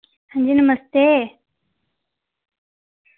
हां जी नमस्ते